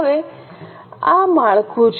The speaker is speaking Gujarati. હવે આ માળખું છે